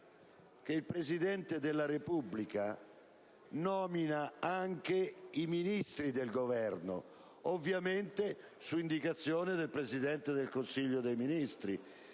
che il Presidente della Repubblica nomina anche i Ministri del Governo, ovviamente su indicazione del Presidente del Consiglio dei ministri.